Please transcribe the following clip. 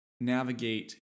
navigate